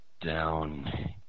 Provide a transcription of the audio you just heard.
Down